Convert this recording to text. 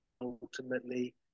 ultimately